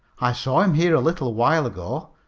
i saw him here a little while ago.